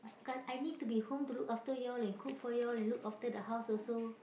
cause I need to be home to look after you all and cook for you all and look after the house also